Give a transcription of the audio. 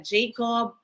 Jacob